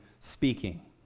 speaking